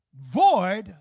void